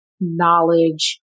knowledge